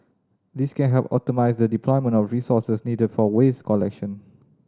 this can help optimise the deployment of resources needed for waste collection